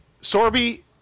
Sorby